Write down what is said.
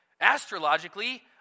Astrologically